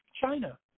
China